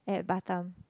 at Batam